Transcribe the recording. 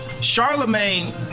Charlemagne